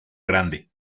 grande